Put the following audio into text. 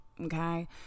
Okay